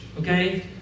Okay